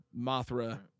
Mothra